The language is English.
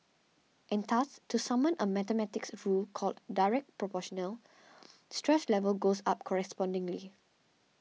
and thus to summon a mathematics rule called Directly Proportional stress levels go up correspondingly